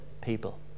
people